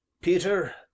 peter